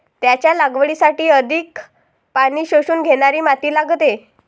त्याच्या लागवडीसाठी अधिक पाणी शोषून घेणारी माती लागते